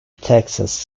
texas